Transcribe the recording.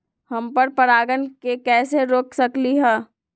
हम पर परागण के कैसे रोक सकली ह?